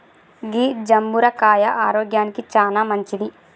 గీ జంబుర కాయ ఆరోగ్యానికి చానా మంచింది